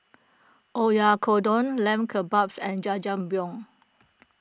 Oyakodon Lamb Kebabs and Jajangmyeon